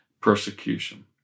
persecution